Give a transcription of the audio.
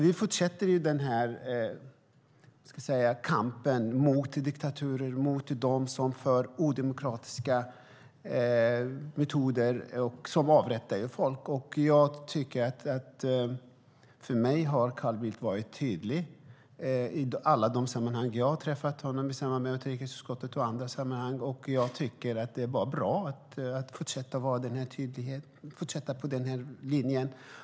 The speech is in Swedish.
Vi fortsätter den här kampen mot diktaturer och mot dem som använder odemokratiska metoder och som avrättar folk. Jag tycker att Carl Bildt har varit tydlig i alla de sammanhang som jag har träffat honom, till exempel i utrikesutskottet, och tycker att det är bra att fortsätta på den här linjen.